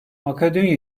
makedonya